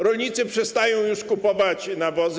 Rolnicy przestają już kupować nawozy.